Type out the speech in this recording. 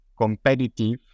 competitive